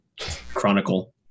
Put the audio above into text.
chronicle